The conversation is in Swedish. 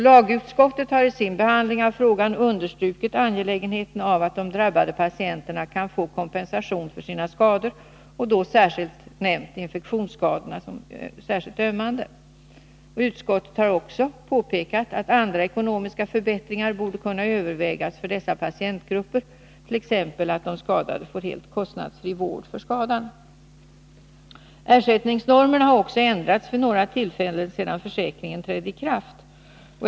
Lagutskottet har i sin behandling av frågan understrukit angelägenheten av att de drabbade patienterna kan få kompensation för sina skador och då speciellt nämnt infektionsskadorna som särskilt ömmande. Utskottet har också påpekat att andra ekonomiska förbättringar borde kunna övervägas för dessa patientgrupper, t.ex. att de skadade får helt kostnadsfri vård för skadan. Ersättningsnormerna har också ändrats vid några tillfällen sedan försäkringen trädde i kraft.